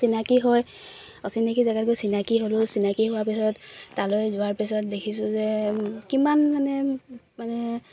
চিনাকি হৈ অচিনাকি জেগাত গৈ চিনাকি হ'লো চিনাকি হোৱাৰ পিছত তালৈ যোৱাৰ পিছত দেখিছো যে কিমান মানে মানে